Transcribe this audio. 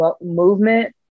movement